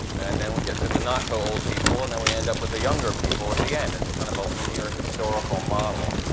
and then we get to the not so old people, and then we end up with the younger people at the end and it's kind of a linear historical model,